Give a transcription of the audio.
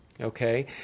okay